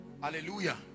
Hallelujah